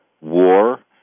war